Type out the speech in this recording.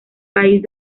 país